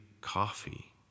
coffee